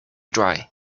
dry